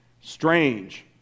strange